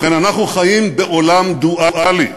ובכן, אנחנו חיים בעולם דואלי,